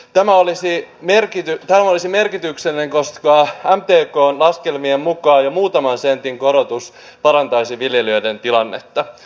tämä olisi merkityksellistä koska mtkn laskelmien mukaan jo muutaman sentin korotus parantaisi viljelijöiden tilannetta